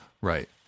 Right